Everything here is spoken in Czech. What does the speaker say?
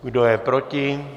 Kdo je proti?